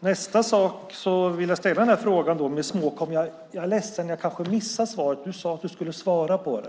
Sedan är jag ledsen att jag kanske missade svaret på min fråga som du sade att du skulle svara på.